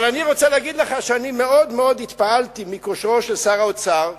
אבל אני רוצה להגיד לך שאני מאוד מאוד התפעלתי מכושרו של שר האוצר,